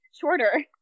shorter